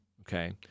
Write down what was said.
okay